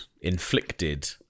inflicted